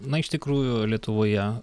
na iš tikrųjų lietuvoje